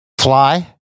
fly